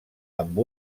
amb